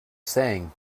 saying